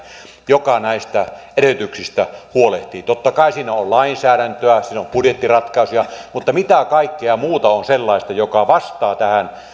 joka näistä edellytyksistä huolehtii totta kai siinä on lainsäädäntöä siinä on budjettiratkaisuja mutta mitä kaikkea muuta on sellaista joka vastaa tähän